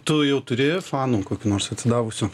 tu jau turi fanų kokių nors atsidavusių